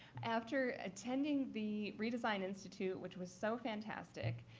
after attending the redesign institute, which was so fantastic,